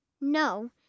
No